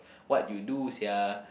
what you do sia